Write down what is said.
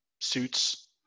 suits